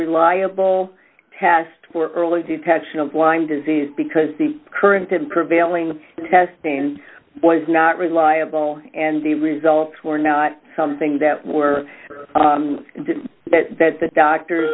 reliable past work early detection of lyme disease because the current and prevailing testing was not reliable and the results were not something that were that the doctor